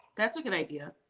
that's good idea.